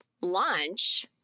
lunch